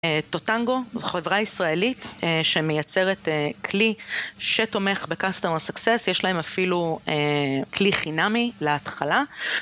טוטנגו, חברה ישראלית, שמייצרת כלי שתומך ב-Customer Success, יש להם אפילו כלי חינמי להתחלה.